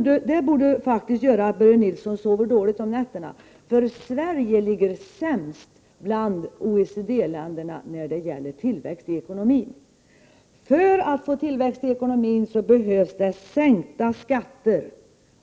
Detta borde faktiskt göra att Börje Nilsson sover dåligt om nätterna, för när det gäller tillväxt i ekonomin är Sverige sämst bland OECD-länderna. För att vi skall få tillväxt i ekonomin behövs det sänkta skatter.